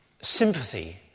Sympathy